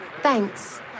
Thanks